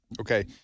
Okay